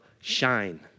shine